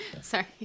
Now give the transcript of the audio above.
Sorry